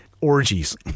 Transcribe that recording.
orgies